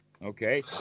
Okay